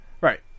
Right